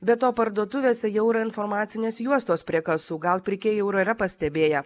be to parduotuvėse jau informacinės juostos prie kasų gal pirkėjai jau ir yra pastebėję